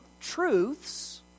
truths